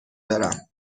دارم